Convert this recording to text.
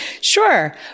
Sure